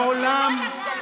מעניין למה.